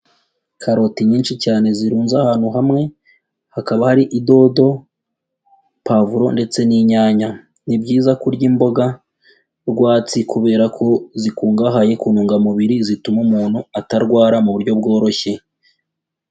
Karoti nyinshi cyane zirunze ahantu hamwe, hakaba hari idodo, pavuro ndetse n'inyanya, ni byiza kurya imboga rwatsi kubera ko zikungahaye ku ntungamubiri zituma umuntu atarwara mu buryo bworoshye.